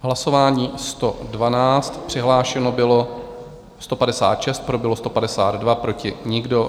Hlasování číslo 112, přihlášeno bylo 156, pro bylo 152, proti nikdo.